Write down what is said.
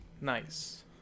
Nice